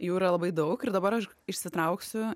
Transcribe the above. jų yra labai daug ir dabar aš išsitrauksiu